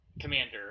commander